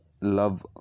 love